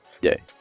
day